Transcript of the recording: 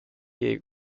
est